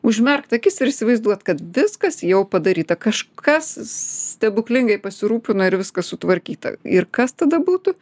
užmerkt akis ir įsivaizduot kad viskas jau padaryta kažkas stebuklingai pasirūpino ir viskas sutvarkyta ir kas tada būtų